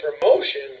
promotion